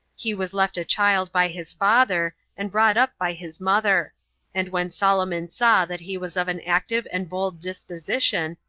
he was left a child by his father, and brought up by his mother and when solomon saw that he was of an active and bold disposition,